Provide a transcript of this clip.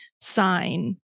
sign